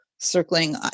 circling